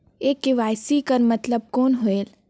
ये के.वाई.सी कर मतलब कौन होएल?